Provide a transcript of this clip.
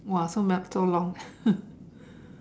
!wah! so ma~ so long